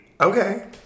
Okay